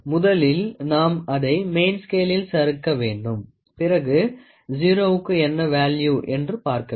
முதலில் நாம் அதை மெயின் ஸ்கேலில் சறுக்க வேண்டும் பிறகு 0 வுக்க்கு என்ன வால்யு என்று பார்க்க வேண்டும்